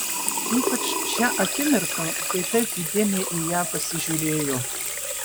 ypač šią akimirką kai taip įdėmiai į ją pasižiūrėjo